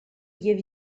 give